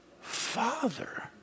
father